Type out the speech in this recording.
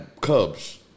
cubs